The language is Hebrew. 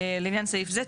:לעניין סעיף זה,